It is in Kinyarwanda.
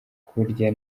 kurya